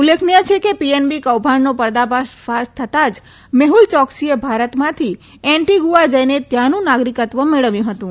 ઉલ્લેખનીય છે કે પીએનબી કૌભાંડનો પર્દાફાશ થતા જ મેહુલ યોકસીએ ભારતમાંથી એન્ટીગુઆ જઈને ત્યાંનું નાગરીકત્વ મેળવ્યું હતું